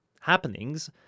happenings